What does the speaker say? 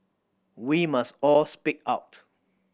we must all speak out